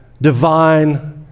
divine